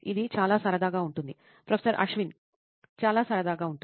ఇది చాలా సరదాగా ఉంటుంది ప్రొఫెసర్ అశ్విన్ చాలా సరదాగా ఉంటుంది